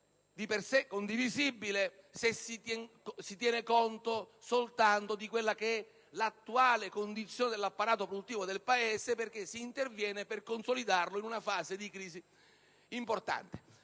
di per sé condivisibile se si tiene conto soltanto dell'attuale condizione dell'apparato produttivo del Paese, perché si interviene per consolidarlo in una fase di crisi importante;